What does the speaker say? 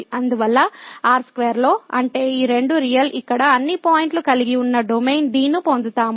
అందువల్ల R2 లో అంటే ఈ రెండు రియల్ ఇక్కడ అన్ని పాయింట్లు కలిగి ఉన్న డొమైన్ D ను పొందుతాము